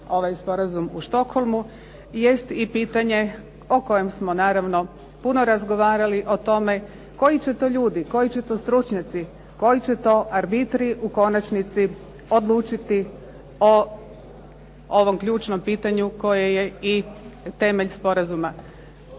ovaj sporazum u Stockholmu jest i pitanje o kojem smo naravno puno razgovarali o tome koji će to ljudi, koji će to stručnjaci, koji će to arbitri u konačnici odlučiti o ovom ključnom pitanju koje je i temelj sporazuma.